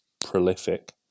prolific